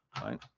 right